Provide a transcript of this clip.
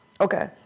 Okay